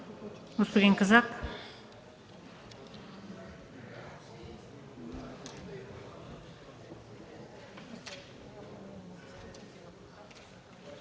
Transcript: Господин Казак.